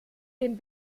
den